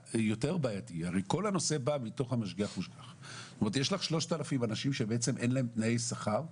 יש לך 3,000 אנשים שבעצם אין להם תנאי שכר,